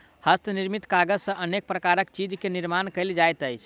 हस्त निर्मित कागज सॅ अनेक प्रकारक चीज के निर्माण कयल जाइत अछि